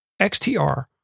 XTR